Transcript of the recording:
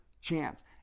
chance